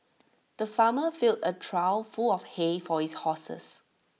the farmer filled A trough full of hay for his horses